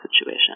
situation